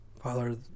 Father